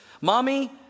Mommy